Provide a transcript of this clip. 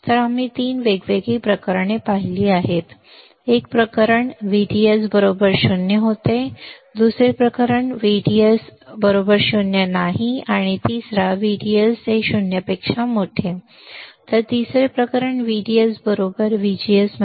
तर आम्ही 3 वेगवेगळी प्रकरणे पाहिली आहेत एक प्रकरण VDS 0 होते दुसरे प्रकरण होते VDS ≠ 0 आणि VDS 0 तिसरे प्रकरण VDS VGS VD आहे